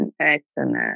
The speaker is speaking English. excellent